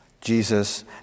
Jesus